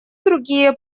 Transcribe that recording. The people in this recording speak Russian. другие